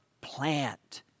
plant